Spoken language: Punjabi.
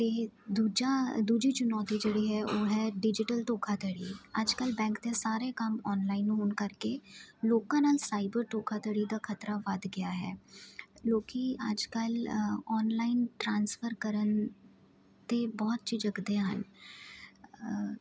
ਅਤੇ ਦੂਜਾ ਦੂਜੀ ਚੁਣੌਤੀ ਜਿਹੜੀ ਹੈ ਉਹ ਹੈ ਡਿਜੀਟਲ ਧੋਖਾਧੜੀ ਅੱਜ ਕੱਲ੍ਹ ਬੈਂਕ ਦੇ ਸਾਰੇ ਕੰਮ ਆਨਲਾਈਨ ਹੋਣ ਕਰਕੇ ਲੋਕਾਂ ਨਾਲ ਸਾਈਬਰ ਧੋਖਾਧੜੀ ਦਾ ਖਤਰਾ ਵੱਧ ਗਿਆ ਹੈ ਲੋਕ ਅੱਜ ਕੱਲ੍ਹ ਆਨਲਾਈਨ ਟ੍ਰਾਂਸਫਰ ਕਰਨ 'ਤੇ ਬਹੁਤ ਝਿਜਕਦੇ ਹਨ